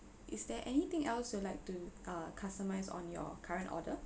is there anything else you'd like to uh customise on your current order